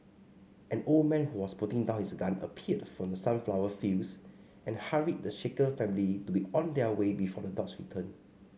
an old man who was putting down his gun appeared from the sunflower fields and hurried the shaken family to be on their way before the dogs return